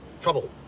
trouble